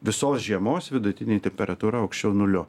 visos žiemos vidutinė temperatūra aukščiau nulio